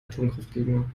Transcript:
atomkraftgegner